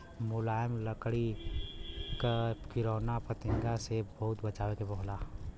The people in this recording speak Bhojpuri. मुलायम लकड़ी क किरौना फतिंगा से बहुत बचावे के होला